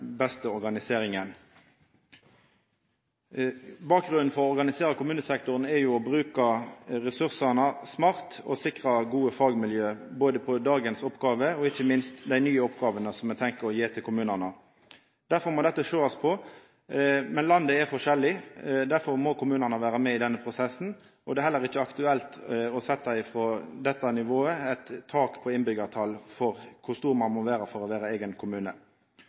beste organiseringa. Bakgrunnen for å omorganisera kommunesektoren er å bruka ressursane smart og sikra gode fagmiljø både med tanke på dagens oppgåver og ikkje minst dei nye oppgåvene ein har tenkt å gi kommunane. Derfor må dette sjåast på, men landet er forskjellig. Derfor må kommunane vera med i denne prosessen, og det er heller ikkje aktuelt å setja – frå dette nivået – eit tal for kor mange innbyggjarar ein må vera for å vera eigen kommune.